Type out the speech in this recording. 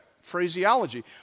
phraseology